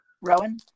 Rowan